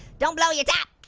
don't blow your top.